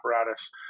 apparatus